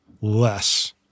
less